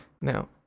Now